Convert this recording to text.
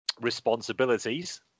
responsibilities